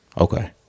Okay